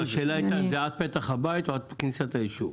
השאלה הייתה אם זה עד פתח הבית או עד הכניסה ליישוב.